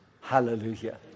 Hallelujah